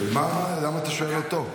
למה אתה שואל אותו?